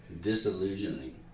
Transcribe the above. disillusioning